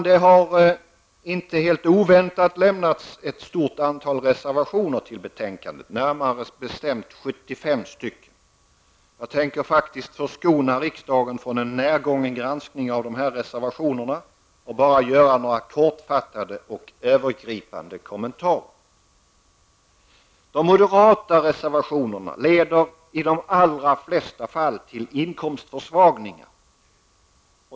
Det har -- inte helt oväntat -- avlämnats ett stort antal reservationer till betänkandet, närmare bestämt 75 stycken. Jag tänker förskona riksdagen från en närgången granskning av dessa reservationer och bara göra några kortfattade övergripande kommentarer. De moderata reservationerna leder i de allra flesta fall till inkomstförsvagningar.